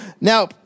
Now